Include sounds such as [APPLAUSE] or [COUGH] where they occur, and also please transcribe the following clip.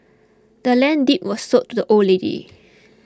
the land's deed was sold to the old lady [NOISE]